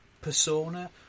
persona